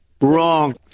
Wrong